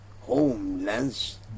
homelands